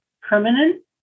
permanent